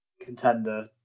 contender